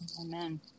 Amen